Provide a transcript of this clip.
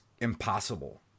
impossible